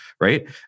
Right